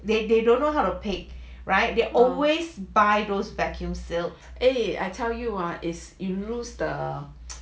eh I tell you ah they lose the